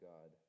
God